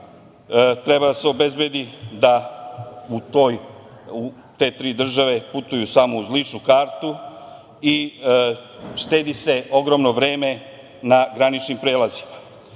treba da se obezbedi da u te tri države putuju samo uz ličnu kartu i štedi se ogromno vreme na graničnim prelazima.